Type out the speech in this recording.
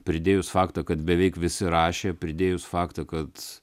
pridėjus faktą kad beveik visi rašė pridėjus faktą kad